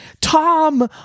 Tom